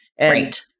Right